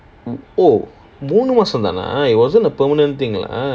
oh மூணு மாசம் தானா:moonu maasam thaana lah it wasn't a permanent thing lah